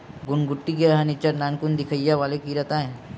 घुनघुटी कीरा ह निच्चट नानकुन दिखइया वाले कीरा ताय